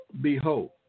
behold